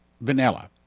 vanilla